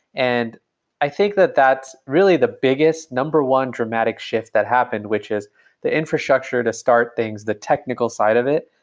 and i think that that's really the biggest number one dramatic shift that happened, which is the infrastructure to start things, the technical side of it,